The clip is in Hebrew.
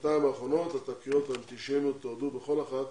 בשנתיים האחרונות התקריות האנטישמיות תועדו בכל אחת